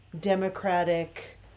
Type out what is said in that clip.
democratic